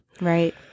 Right